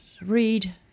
read